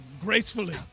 Gracefully